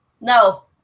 No